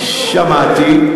שמעתי.